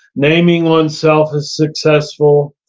naming oneself as successful.